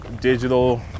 digital